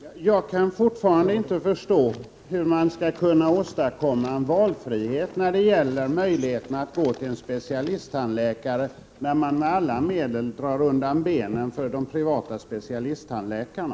Herr talman! Jag kan fortfarande inte förstå hur man skall kunna åstadkomma valfrihet i fråga om möjligheterna att gå till en specialisttandläkare, när man med alla medel slår undan benen för de privata specialisttandläkarna.